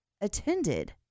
attended